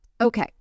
okay